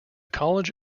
college